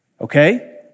Okay